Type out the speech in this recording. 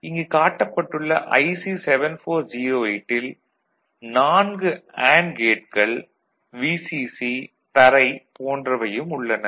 இங்கு காட்டப்பட்டுள்ள IC7408 ல் 4 அண்டு கேட்கள் Vcc தரை போன்றவையும் உள்ளன